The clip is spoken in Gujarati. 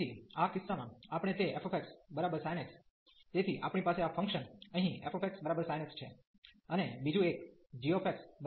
તેથી આ કિસ્સામાં આપણે તે f sin x તેથી આપણી પાસે આ ફંક્શન અહીં f sin x છે